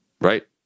right